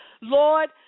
Lord